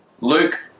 Luke